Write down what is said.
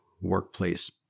workplace